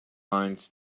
lines